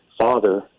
father